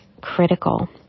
critical